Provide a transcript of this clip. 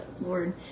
lord